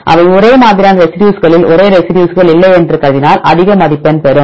அவை ஒரே மாதிரியான ரெசிடியூஸ்களில் ஒரே ரெசிடியூஸ்கள் இல்லை என்று கருதினால் அதிக மதிப்பெண் பெறும்